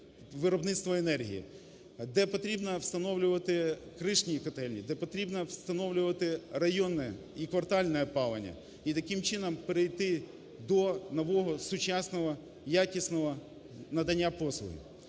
виробництва енергії, де потрібно, встановлювати кришні котельні, де потрібно, встановлювати районне і квартальне опалення, і, таким чином, перейти до нового, сучасного, якісного надання послуг.